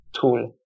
tool